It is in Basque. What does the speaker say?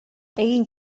egin